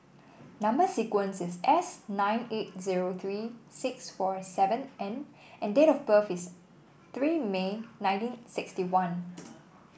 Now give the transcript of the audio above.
number sequence is S nine eight zero three six four seven N and date of birth is three May nineteen sixty one